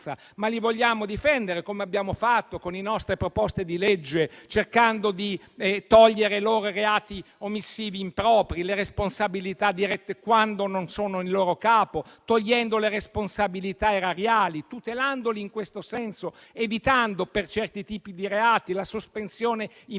ma vogliamo farlo, come abbiamo fatto, con le nostre proposte di legge, cercando di togliere loro i reati omissivi impropri, le responsabilità dirette quando non sono in capo a loro, togliendo le responsabilità erariali, tutelandoli in questo senso, evitando per certi tipi di reati la sospensione immediata